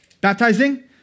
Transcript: baptizing